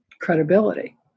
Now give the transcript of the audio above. credibility